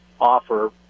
offer